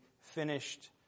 finished